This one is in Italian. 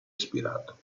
ispirato